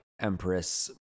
empress